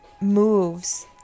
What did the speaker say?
moves